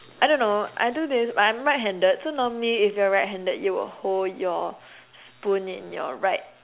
I don't know I do this but I'm right handed so normally if you're right handed you will hold your spoon in your right